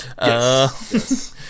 Yes